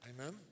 Amen